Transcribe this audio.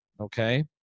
okay